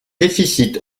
déficit